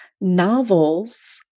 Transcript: novels